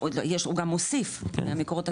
הוא גם מוסיף ממקורות תקציביים.